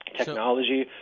technology